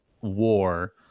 war